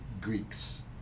Greeks